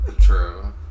True